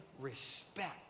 respect